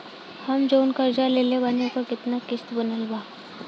हम जऊन कर्जा लेले बानी ओकर केतना किश्त बनल बा?